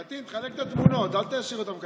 פטין, תחלק את התמונות, אל תשאיר אותן ככה.